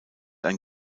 ein